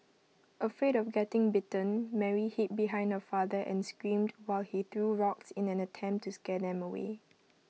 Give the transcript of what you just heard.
afraid of getting bitten Mary hid behind her father and screamed while he threw rocks in an attempt to scare them away